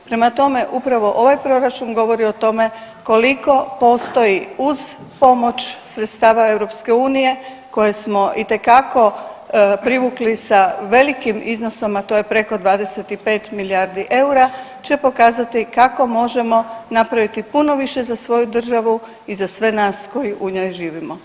Prema tome, upravo ovaj proračun govori o tome koliko postoji uz pomoć sredstava EU koje smo itekako privukli sa velikim iznosom, a to je preko 25 milijardi eura će pokazati kako možemo napraviti puno više za svoju državu i za sve nas koji u njoj živimo.